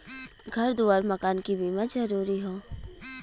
घर दुआर मकान के बीमा जरूरी हौ